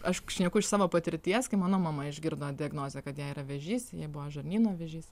aš šneku iš savo patirties kai mano mama išgirdo diagnozę kad jei yra vėžys jei buvo žarnyno vėžys